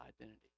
identity